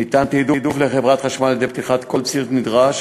ניתן תעדוף לחברת חשמל על-ידי פתיחת כל ציר נדרש